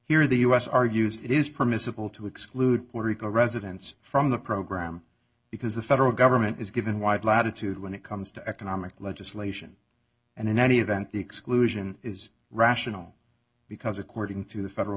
in the us argues it is permissible to exclude puerto rico residents from the program because the federal government is given wide latitude when it comes to economic legislation and in any event the exclusion is rational because according to the federal